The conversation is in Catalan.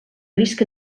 risc